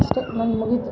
ಅಷ್ಟೇ ನಂದು ಮುಗಿತು